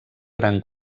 gran